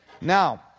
Now